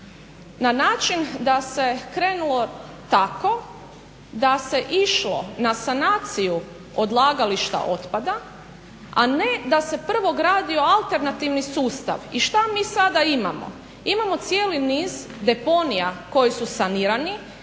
Na način da se krenulo tako da se išlo na sanaciju odlagališta otpada, a ne da se prvo gradio alternativni sustav. I šta mi sada imamo? Imamo cijeli niz deponija koji su sanirani